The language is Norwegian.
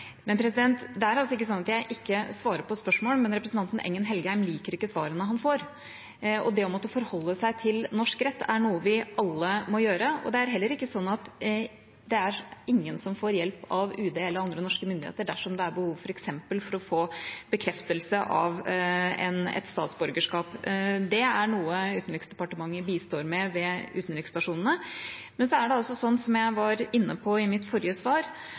Det er ikke sånn at jeg ikke svarer på spørsmål, men representanten Engen-Helgheim liker ikke svarene han får. Å måtte forholde seg til norsk rett er noe vi alle må gjøre. Det er heller ikke sånn at ingen får hjelp av UD eller andre norske myndigheter dersom det f.eks. er behov for å få bekreftelse av et statsborgerskap. Det er noe Utenriksdepartementet bistår med ved utenriksstasjonene. Men det er sånn som jeg var inne på i mitt forrige svar: